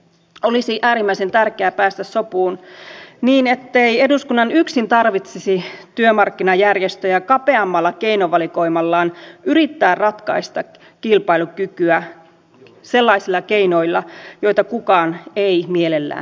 olisi äärimmäisen tärkeää päästä sopuun niin ettei eduskunnan yksin tarvitsisi työmarkkinajärjestöjä kapeammalla keinovalikoimallaan yrittää ratkaista kilpailukykyä sellaisilla keinoilla joita kukaan ei mielellään käytä